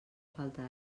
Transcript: falta